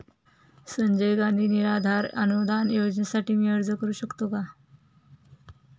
संजय गांधी निराधार अनुदान योजनेसाठी मी अर्ज करू शकतो का?